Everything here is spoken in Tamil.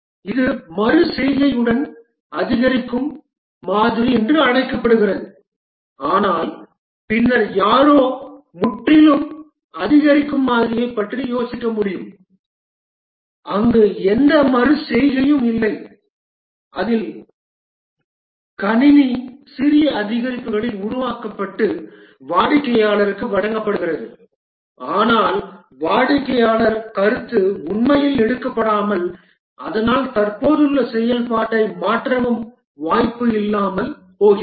இது மறு செய்கையுடன் அதிகரிக்கும் மாதிரி என்று அழைக்கப்படுகிறது ஆனால் பின்னர் யாரோ முற்றிலும் அதிகரிக்கும் மாதிரியைப் பற்றி யோசிக்க முடியும் அங்கு எந்த மறு செய்கையும் இல்லை அதில் கணினி சிறிய அதிகரிப்புகளில் உருவாக்கப்பட்டு வாடிக்கையாளருக்கு வழங்கப்படுகிறது ஆனால் வாடிக்கையாளர் கருத்து உண்மையில் எடுக்கப்படாமல் அதனால் தற்போதுள்ள செயல்பாட்டை மாற்றவும் வாய்ப்பு இல்லாமல் போகிறது